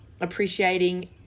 appreciating